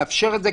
לאפשר את זה,